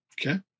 Okay